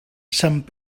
sant